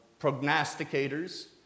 prognosticators